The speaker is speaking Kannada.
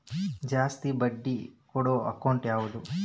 ಜಾಸ್ತಿ ಬಡ್ಡಿ ಕೊಡೋ ಅಕೌಂಟ್ ಯಾವುದು?